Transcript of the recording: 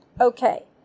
Okay